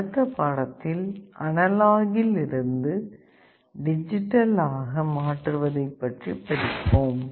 அடுத்த பாடத்தில் அனலாக்கில் இருந்து டிஜிட்டல் ஆக மாற்றுவதை பற்றி படிப்போம்